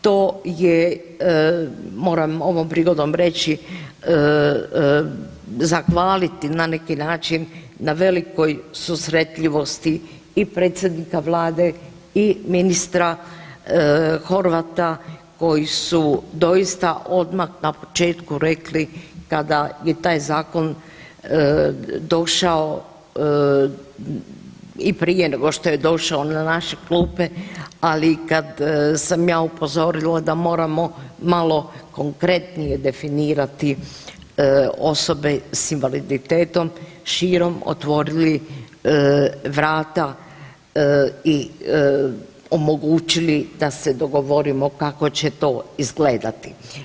To je moram ovom prigodom reći, zahvaliti na neki način na velikoj susretljivosti i predsjednika Vlade i ministra Horvata koji su doista odmah na početku rekli kada je taj zakon došao i prije nego što je došao na naše klupe, ali kad sam ja upozorila da moramo malo konkretnije definirati osobe s invaliditetom širom otvorili vrata i omogućili da se dogovorimo kako će to izgledati.